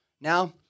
Now